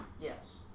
Yes